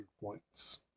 points